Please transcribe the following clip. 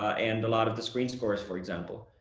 and a lot of the screen scores, for example.